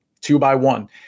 two-by-one